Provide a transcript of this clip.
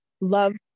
love